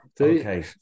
Okay